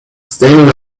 standing